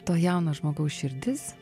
to jauno žmogaus širdis